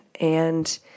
and-